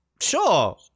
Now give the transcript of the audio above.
sure